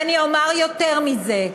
ואני אומר יותר מזה: